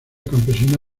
campesina